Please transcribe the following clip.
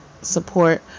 support